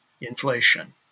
inflation